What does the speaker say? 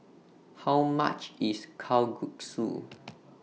How much IS Kalguksu